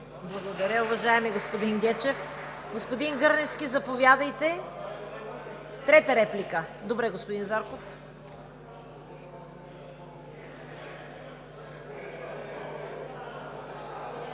Благодаря, уважаеми господин Гечев. Господин Гърневски, заповядайте. Трета реплика – добре, господин Зарков.